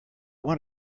want